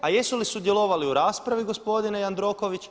A jesu li sudjelovali u raspravi gospodine Jandroković?